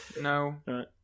no